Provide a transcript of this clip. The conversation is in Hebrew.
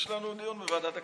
יש לנו דיון בוועדת הכלכלה.